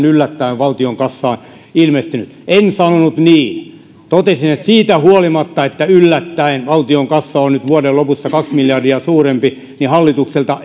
yllättäen valtion kassaan on ilmestynyt en sanonut niin totesin että siitä huolimatta että yllättäen valtion kassa on nyt vuoden lopussa kaksi miljardia suurempi hallitukselta